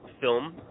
film